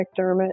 McDermott